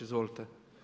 Izvolite.